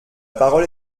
parole